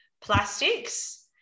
plastics